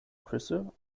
küsse